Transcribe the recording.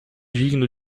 digno